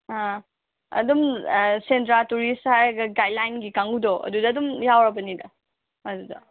ꯑꯥ ꯑꯗꯨꯝ ꯁꯦꯟꯗ꯭ꯔꯥ ꯇꯨꯔꯤꯁ ꯍꯥꯏꯔꯒ ꯒꯥꯏꯠꯂꯥꯏꯟꯒꯤ ꯀꯥꯡꯕꯨꯗꯣ ꯑꯗꯨꯗ ꯑꯗꯨꯃ ꯌꯥꯎꯔꯕꯅꯤꯗ ꯑꯗꯨꯗ